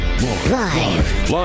Live